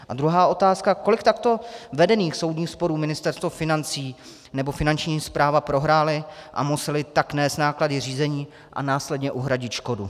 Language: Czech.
A druhá otázka: Kolik takto vedených soudních sporů Ministerstvo financí nebo Finanční správa prohrály, a musely tak nést náklady řízení a následně uhradit škodu?